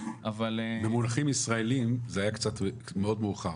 אבל --- במונחים ישראליים זה היה קצת מאוד מאוחר.